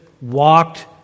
walked